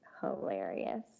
hilarious